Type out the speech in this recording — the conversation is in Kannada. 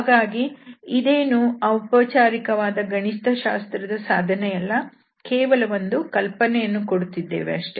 ಹಾಗಾಗಿ ಇದೇನೂ ಔಪಚಾರಿಕವಾದ ಗಣಿತಶಾಸ್ತ್ರದ ಸಾಧನೆಯಲ್ಲ ಕೇವಲ ಒಂದು ಕಲ್ಪನೆಯನ್ನು ಕೊಡುತ್ತಿದ್ದೇವೆ ಅಷ್ಟೇ